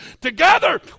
Together